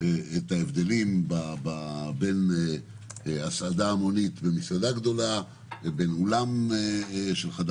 את ההבדלים בין הסעדה המונית במסעדה גדולה לבין אולם של חדר